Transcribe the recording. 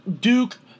Duke